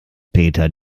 peter